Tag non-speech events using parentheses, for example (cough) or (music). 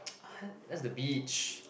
(noise) that's the beach